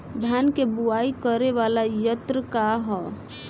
धान के बुवाई करे वाला यत्र का ह?